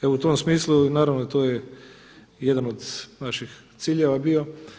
Evo u tom smislu i naravno to je jedan od naših ciljeva bio.